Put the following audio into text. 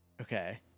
Okay